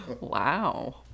Wow